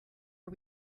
are